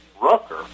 Rucker